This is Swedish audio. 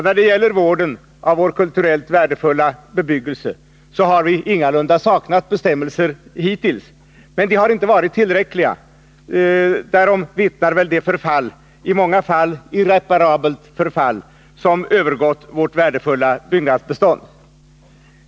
När det gäller vården av vår kulturellt värdefulla bebyggelse har vi ingalunda saknat bestämmelser hittills, men de har inte varit tillräckliga; därom vittnar väl det förfall — i många fall irreparabelt — som övergått vårt värdefulla byggnadsbestånd.